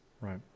right